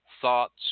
thoughts